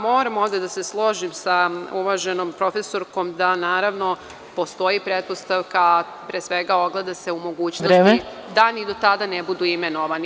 Moram ovde da se složim sa uvaženom profesorkom da, naravno, postoji pretpostavka, a pre svega ogleda se u mogućnosti da ni do tada ne budu imenovani.